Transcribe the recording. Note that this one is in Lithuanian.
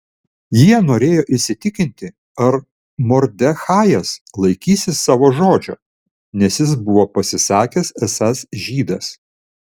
jie norėjo įsitikinti ar mordechajas laikysis savo žodžio nes jis buvo pasisakęs esąs žydas